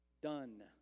Done